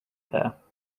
there